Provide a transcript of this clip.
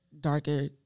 darker